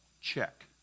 Check